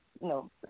No